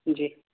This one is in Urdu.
جی